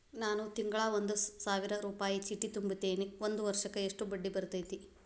ನಾನು ತಿಂಗಳಾ ಒಂದು ಸಾವಿರ ರೂಪಾಯಿ ಚೇಟಿ ತುಂಬತೇನಿ ಒಂದ್ ವರ್ಷಕ್ ಎಷ್ಟ ಬಡ್ಡಿ ಬರತೈತಿ?